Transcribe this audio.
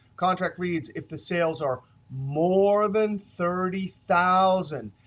contract reads, if the sales are more than thirty thousand